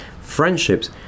friendships